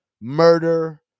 murder